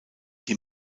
die